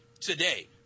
today